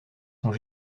sont